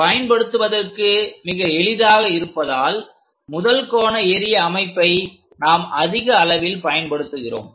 பயன்படுத்துவதற்கு மிக எளிதாக இருப்பதால் முதல் கோண எறிய அமைப்பை நாம் அதிக அளவில் பயன்படுத்துகிறோம்